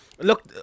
Look